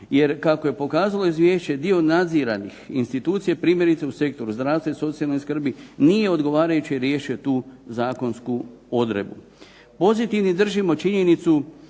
jer kako je pokazalo izvješće dio nadziranih institucija primjerice u sektoru zdravstva i socijalne skrbi nije odgovarajuće riješio tu zakonsku odredbu. Pozitivnim držimo činjenicu